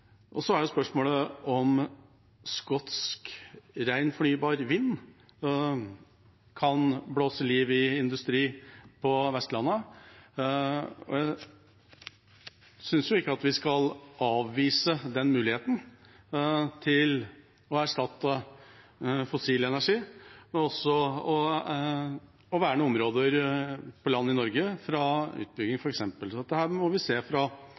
Så er spørsmålet om skotsk ren fornybar vind kan blåse liv i industri på Vestlandet. Jeg synes ikke at vi skal avvise den muligheten til å erstatte fossil energi og f.eks. til å verne områder på land i Norge fra utbygging. Dette må vi se fra